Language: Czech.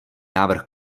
návrh